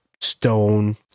stone